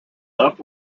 left